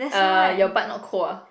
uh your butt not cold ah